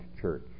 church